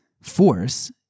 force